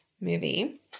movie